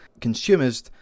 consumers